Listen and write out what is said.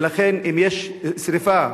ולכן אם יש שרפה